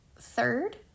third